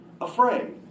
afraid